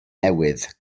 newydd